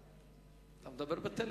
אתה מדבר בטלפון.